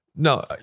No